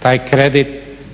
Taj kredit